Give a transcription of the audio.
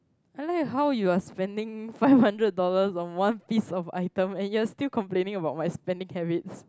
I like how you are spending five hundred dollars on one piece of item and you are still complaining about my spending habits